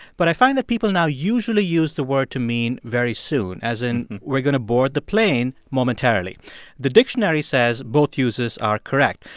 but i find that people now usually use the word to mean very soon, as in we're going to board the plane momentarily the dictionary says both uses are correct.